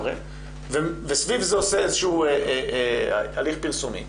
וסביב זה עושה איזשהו הליך פרסומי.